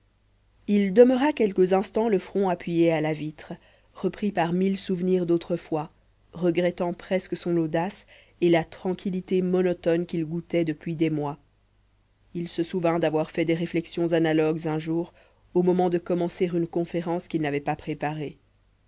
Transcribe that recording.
il demeura quelques instants le front appuyé à la vitre repris par mille souvenirs d'autrefois regrettant presque son audace et la tranquillité monotone qu'il goûtait depuis des mois il se souvint d'avoir fait des réflexions analogues un jour au moment de commencer une conférence qu'il n'avait pas préparée